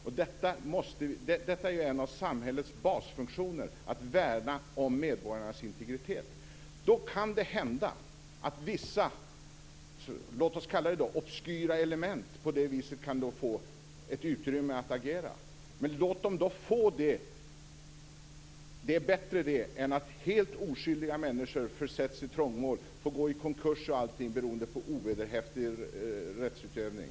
Att värna om medborgarnas integritet är en av samhällets basfunktioner. Då kan det hända att vissa obskyra element, låt oss kalla dem så, kan få ett utrymme att agera. Men låt dem då få det! Det är bättre än att helt oskyldiga människor försätts i trångmål och får gå i konkurs beroende på ovederhäftig rättsutövning.